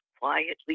quietly